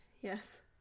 Yes